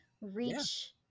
reach